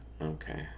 Okay